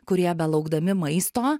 kurie belaukdami maisto